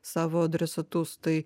savo adresatus tai